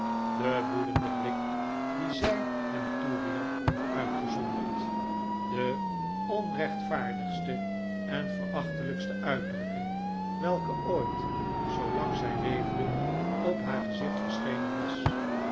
den woedenden blik dien zij hem toewierp uitgezonderd de onrechtvaardigste en verachtelijkste uitdrukking welke ooit zoolang zij leefde op haar gezicht verschenen was